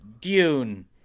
dune